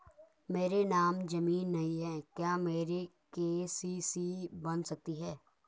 मेरे नाम ज़मीन नहीं है क्या मेरी के.सी.सी बन सकती है?